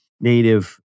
Native